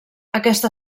aquesta